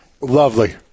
Lovely